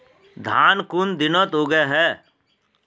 धान कुन दिनोत उगैहे